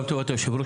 גם לטובת היו"ר,